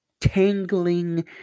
tangling